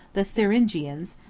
the thuringians,